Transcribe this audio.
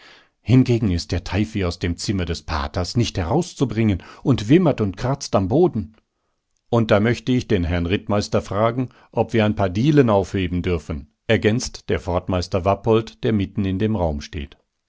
hingegen ist der teifi aus dem zimmer des paters nicht herauszubringen und wimmert und kratzt am boden und da möchte ich den herrn rittmeister fragen ob wir ein paar dielen aufheben dürfen ergänzt der forstmeister wappolt der mitten in dem raum steht